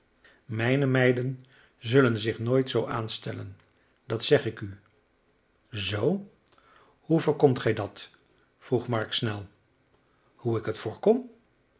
mijne meiden zullen zich nooit zoo aanstellen dat zeg ik u zoo hoe voorkomt gij dat vroeg marks snel hoe ik het voorkom